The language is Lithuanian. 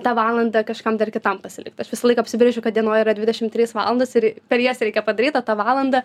tą valandą kažkam dar kitam pasilikt aš visą laiką apsibrėžiu kad dienoj yra dvidešim trys valandos ir per jas reikia padaryt o tą valandą